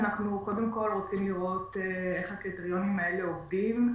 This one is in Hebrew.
שאנחנו קודם כל רוצים לראות איך הקריטריונים האלה עובדים.